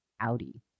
Audi